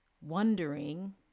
Wondering